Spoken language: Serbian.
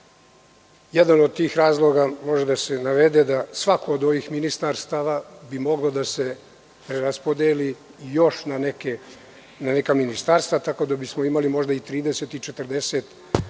Jedan od tih razloga je da svako od ovih ministarstava bi moglo da se preraspodeli još na neka ministarstva tako da bismo imali i možda 30 ili 40